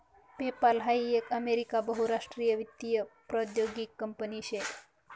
PayPal हाई एक America बहुराष्ट्रीय वित्तीय प्रौद्योगीक कंपनी शे